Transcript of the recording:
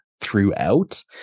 throughout